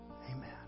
Amen